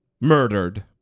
murdered